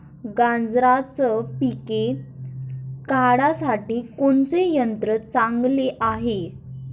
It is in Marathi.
गांजराचं पिके काढासाठी कोनचे यंत्र चांगले हाय?